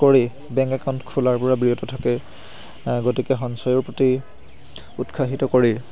কৰি bank account খোলাৰ পৰা বিৰত থাকে গতিকে সঞ্চয়ৰ প্ৰতি উৎসাহিত কৰি